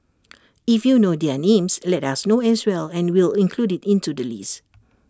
if you know their names let us know as well and we'll include IT into the list